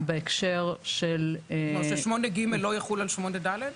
--- כלומר ש-8ג לא יחול על 8ד?